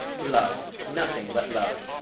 love, nothing but love.